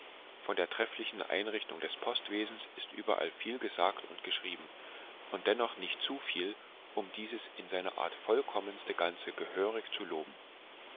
von der trefflichen einrichtung des postwesens ist überall viel gesagt und geschrieben und dennoch nicht zu viel um dieses in seiner art vollkommenste ganze gehörig zu loben